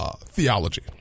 theology